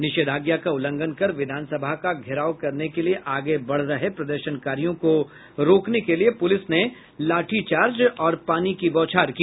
निषेधाज्ञा का उल्लंघन कर विधानसभा का घेराव करने के लिये आगे बढ़ रहे प्रदर्शनकारियों को रोकने के लिये पुलिस ने उनपर लाठीचार्ज और पानी की बौछार की